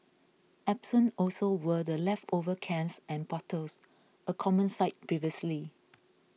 absent also were the leftover cans and bottles a common sight previously